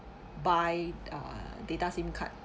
buy uh data sim card